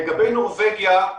לגבי נורבגיה,